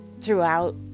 throughout